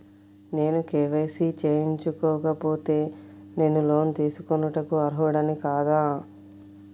నేను కే.వై.సి చేయించుకోకపోతే నేను లోన్ తీసుకొనుటకు అర్హుడని కాదా?